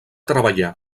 treballar